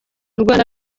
rwanda